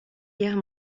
guerre